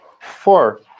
Four